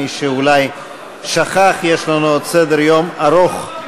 מי שאולי שכח, יש לנו עוד סדר-יום ארוך.